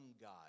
God